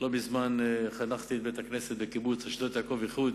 לא מזמן חנכתי את בית-הכנסת בקיבוץ אשדות-יעקב-איחוד,